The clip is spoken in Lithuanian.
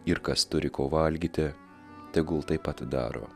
ir kas turi ko valgyti tegul taip pat daro